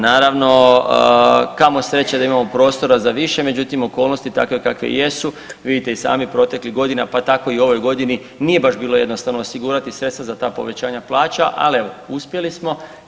Naravno kamo sreće da imamo prostora za više, međutim okolnosti takve kakve jesu vidite i sami proteklih godina pa tako i u ovoj godini nije baš bilo jednostavno osigurati sredstva za ta povećanja plaća, ali evo uspjeli smo.